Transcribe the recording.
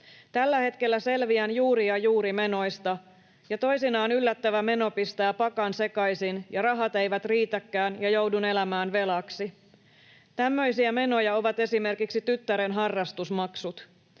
Tällä hetkellä selviän juuri ja juuri menoista, ja toisinaan yllättävä meno pistää pakan sekaisin ja rahat eivät riitäkään, ja joudun elämään velaksi. Tämmöisiä menoja ovat esimerkiksi tyttären harrastusmaksut.